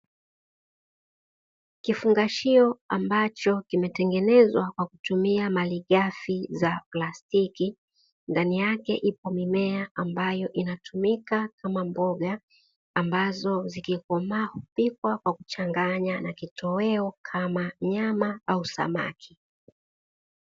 Kifungashio ambacho kimetengenezwa kwa kutumia malighafi za plastiki, ndani yake ipo mimea ambayo inatumika kama mboga, ambazo zikikomaa hupikwa na kuchanganya na kitoweo, kama nyama au samaki.